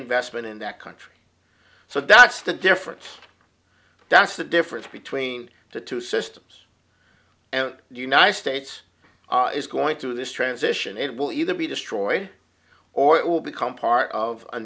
investment in that country so that's the difference that's the difference between the two systems and the united states is going through this transition it will either be destroyed or it will become part of a